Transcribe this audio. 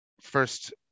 first